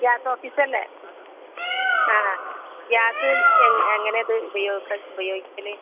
gas ഓഫീസല്ലേ ആ gas എങ്ങനെ എങ്ങനത് ഉപയോഗിക്കും ഉപയോഗിക്കൽ